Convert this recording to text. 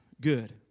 Good